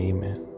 Amen